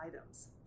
items